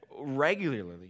regularly